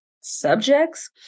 subjects